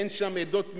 ואין שם עדות מזרח,